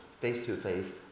face-to-face